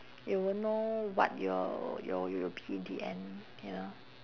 you won't know what you'll you'll you'll be in the end you know